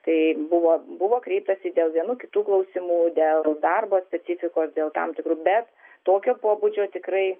tai buvo buvo kreiptasi dėl vienų kitų klausimų dėl darbo specifikos dėl tam tikrų bet tokio pobūdžio tikrai